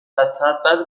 ازحد، بعضی